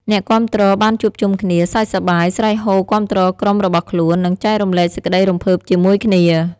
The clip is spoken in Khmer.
អ្នកគាំទ្របានជួបជុំគ្នា សើចសប្បាយ ស្រែកហ៊ោគាំទ្រក្រុមរបស់ខ្លួន និងចែករំលែកសេចក្តីរំភើបជាមួយគ្នា។